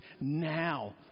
now